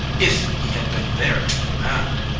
if he had been there to command.